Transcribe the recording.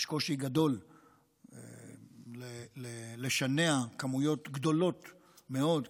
יש קושי גדול לשנע כמויות גדולות מאוד,